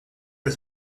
his